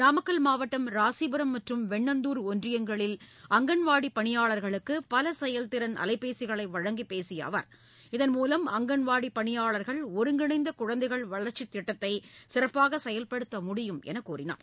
நாமக்கல் மாவட்டம் ராசிபுரம் மற்றும் வெண்ணந்தூர் ஒன்றியங்களில் அங்கன்வாடி பணியாளர்களுக்கு பல செயல்திறன் அலைபேசிகளை வழங்கிப் பேசிய அவர் இதன்மூலம் அங்கன்வாடி பணியாளர்கள் ஒருங்கிணைந்த குழந்தைகள் வளர்ச்சித் திட்டத்தை சிறப்பாக செயல்படுத்த முடியும் என்று தெரிவித்தார்